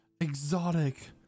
exotic